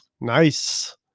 Nice